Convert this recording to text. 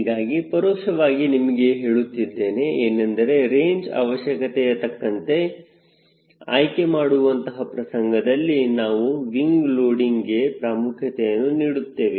ಹೀಗಾಗಿ ಪರೋಕ್ಷವಾಗಿ ನಿಮಗೆ ಹೇಳುತ್ತಿದ್ದೇನೆ ಏನೆಂದರೆ ರೇಂಜ್ ಅವಶ್ಯಕತೆಯತಕ್ಕಂತೆ ಆಯ್ಕೆ ಮಾಡುವಂತಹ ಪ್ರಸಂಗದಲ್ಲಿ ನಾವು ವಿಂಗ್ ಲೋಡಿಂಗ್ಗೆ ಪ್ರಾಮುಖ್ಯತೆಯನ್ನು ನೀಡುತ್ತೇವೆ